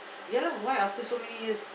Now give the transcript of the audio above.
ya lah why after so many years